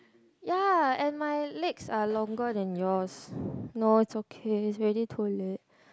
ya and my legs are longer than yours no it's okay it's already too late